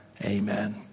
Amen